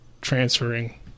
transferring